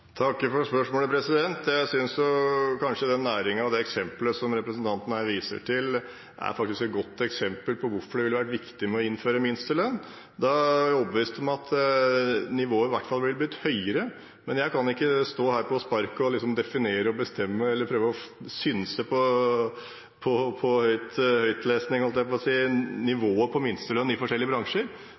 Jeg takker for spørsmålet. Jeg synes kanskje den næringen og det eksemplet som representanten her viser til, faktisk er et godt eksempel på hvorfor det ville vært viktig å innføre minstelønn. Da er jeg overbevist om at nivået i hvert fall ville blitt høyere. Men jeg kan ikke stå her og på sparket definere og bestemme eller prøve å synse om – på høytlesing, holdt jeg på å si – nivået på minstelønn i forskjellige bransjer.